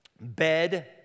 bed